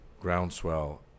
groundswell